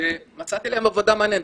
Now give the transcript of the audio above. שמצאתי להן עבודה מעניינת.